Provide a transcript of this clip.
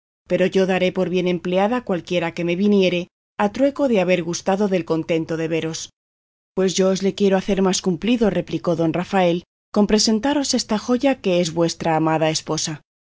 pero yo daré por bien empleada cualquiera que me viniere a trueco de haber gustado del contento de veros pues yo os le quiero hacer más cumplido replicó don rafael con presentaros esta joya que es vuestra amada esposa